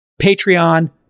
Patreon